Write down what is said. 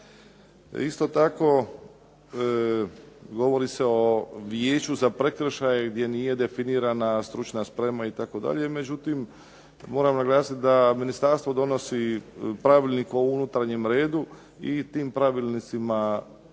Isto tako govori se o vijeću za prekršaje gdje nije definirana stručna sprema itd., međutim moram naglasiti da ministarstvo donosi pravilnik o unutarnjem redu i tim pravilnicima će biti